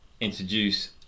introduce